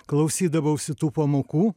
klausydavausi tų pamokų